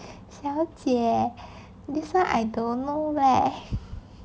小姐 this one I don't know leh